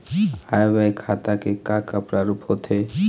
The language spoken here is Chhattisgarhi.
आय व्यय खाता के का का प्रारूप होथे?